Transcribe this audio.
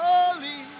Holy